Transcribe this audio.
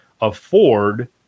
afford